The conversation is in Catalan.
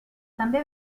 també